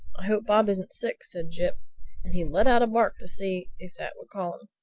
i hope bob isn't sick, said jip and he let out a bark to see if that would call him.